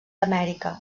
amèrica